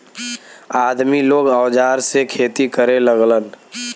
आदमी लोग औजार से खेती करे लगलन